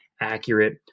accurate